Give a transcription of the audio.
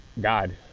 God